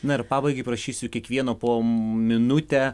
na ir pabaigai prašysiu kiekvieno po minutę